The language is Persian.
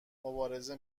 مبارزه